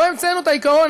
לא המצאנו את העיקרון.